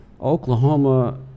Oklahoma